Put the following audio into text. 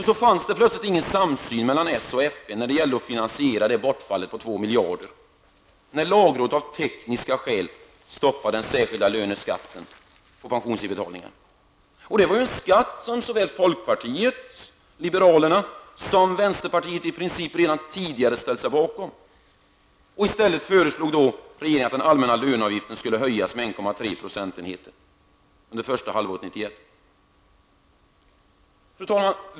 Så fanns det plötsligt ingen samsyn mellan socialdemokraterna och folkpartiet när det gällde att finansiera ett bortfall på 2 miljarder, när lagrådet av tekniska skäl stoppade den särskilda löneskatten på pensionsinbetalningar. Det var en skatt som såväl folkpartiet liberalerna som vänsterpartiet i princip redan tidigare ställt sig bakom. I stället föreslog regeringen att den allmänna löneavgiften skulle höjas med 1,3 procentenheter under första halvåret Fru talman!